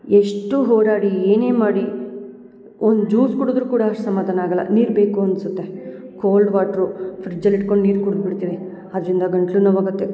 ಎಷ್ಟು ಹೋಡಾಡಿ ಏನೇ ಮಾಡಿ ಒಂದು ಜ್ಯೂಸ್ ಕುಡುದ್ರು ಕೂಡ ಅಷ್ಟು ಸಮಾಧಾನ ಆಗಲ್ಲ ನೀರು ಬೇಕು ಅನ್ಸುತ್ತೆ ಕೋಲ್ಡ್ ವಾಟ್ರು ಫ್ರಿಜ್ಜಲ್ಲಿ ಇಟ್ಕೊಂಡು ನೀರು ಕುಡ್ದು ಬಿಡ್ತೀವಿ ಅದರಿಂದ ಗಂಟಲು ನೋವಾಗತ್ತೆ